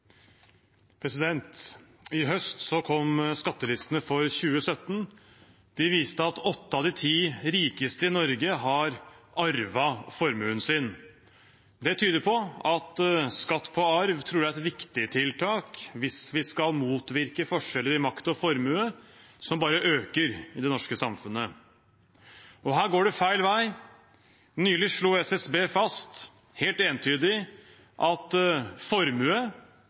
til. I høst kom skattelistene for 2017. De viste at åtte av de ti rikeste i Norge har arvet formuen sin. Det tyder på at skatt på arv trolig er et viktig tiltak hvis vi skal motvirke forskjellene i makt og formue, som bare øker i det norske samfunnet. Her går det feil vei. Nylig slo SSB helt entydig fast at formue